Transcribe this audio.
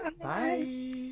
Bye